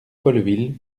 folleville